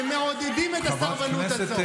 שמעודדים את הסרבנות הזו.